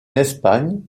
espagne